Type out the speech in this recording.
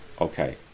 Okay